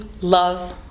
love